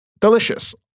delicious